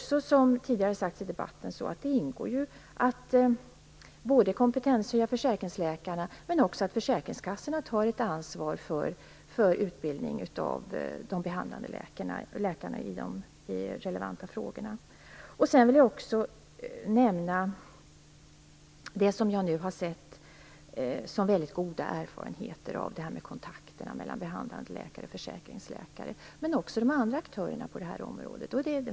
Som tidigare har sagts i debatten så ingår en kompetenshöjning av försäkringsläkarna liksom att försäkringskassorna tar ett ansvar för utbildningen av de behandlande läkarna i relevanta frågor. Jag har sett mycket goda erfarenheter av kontakterna mellan behandlande läkare och försäkringsläkare, men det gäller också de andra aktörerna på området.